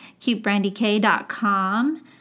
cutebrandyk.com